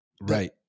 Right